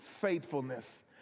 Faithfulness